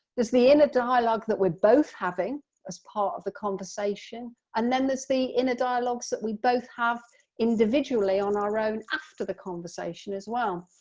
the inner dialogue that we're both having as part of the conversation and then there's the inner dialogues that we both have individually on our own after the conversation as well.